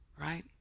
right